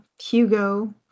Hugo